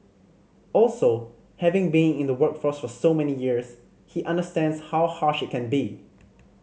also having been in the workforce for so many years he understands how harsh it can be